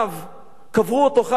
קברו אותו חי עם ילדיו,